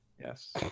Yes